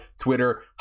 Twitter